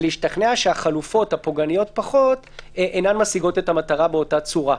ולהשתכנע שהחלופות הפוגעניות פחות אינן משיגות את המטרה באותה צורה.